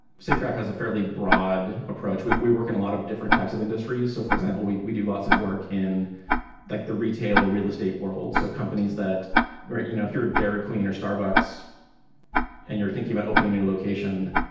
safegraph has a fairly broad approach. we we work in a lot of different types of industries. so for example, we we do lots of work in like the retail real estate world. so companies that you know if you're dairy queen or starbucks and you're thinking about opening a new location,